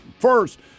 First